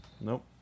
Nope